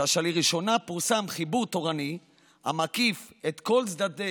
כשלראשונה פורסם חיבור תורני המקיף את כל צדדי